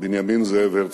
בנימין זאב הרצל.